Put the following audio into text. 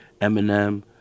Eminem